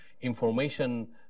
information